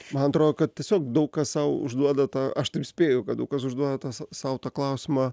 man atrodo kad tiesiog daug kas sau užduoda tą aš taip spėju kad daug kas užduoda sau tą klausimą